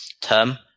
term